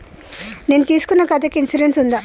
నేను తీసుకున్న ఖాతాకి ఇన్సూరెన్స్ ఉందా?